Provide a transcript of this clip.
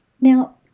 Now